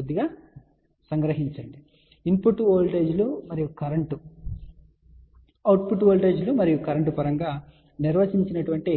కాబట్టి ఇన్పుట్ వోల్టేజీలు మరియు కరెంట్ మరియు అవుట్పుట్ వోల్టేజీలు మరియు కరెంట్ పరంగా నిర్వచించబడిన